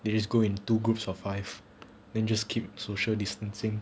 it is go in two groups of five then just keep social distancing